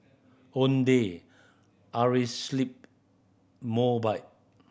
Ownday Mobike